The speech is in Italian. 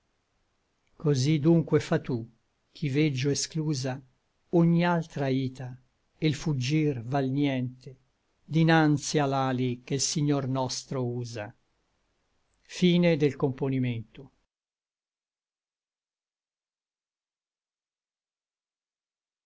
cosí dunque fa tu ch'i veggio exclusa ogni altra aita e l fuggir val nïente dinanzi a l'ali che l signor nostro usa po